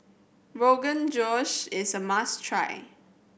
Rogan Josh is a must try